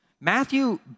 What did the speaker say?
Matthew